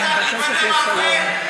אני מבקשת לסיים.